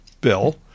bill